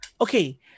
Okay